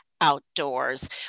outdoors